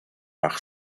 par